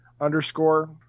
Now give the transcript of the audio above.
underscore